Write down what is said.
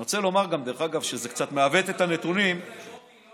אני רוצה לומר גם שזה קצת מעוות את הנתונים, דודי,